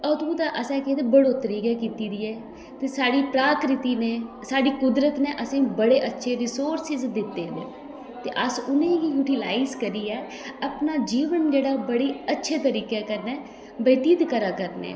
अदूं दा असें केह् बढ़ोतरी गै कीती दी ऐ ते साढ़ी प्राकृतिक नै ते साढ़ी कुदरत नै असें ई बड़े अच्छे रीसोर्सेज़ दित्ते दे न ते अस उनेंगी यूटीलाईज़ करियै अपना जीवन जेह्ड़ा बड़े अच्छे तरीकै कन्नै बतीत करा करने आं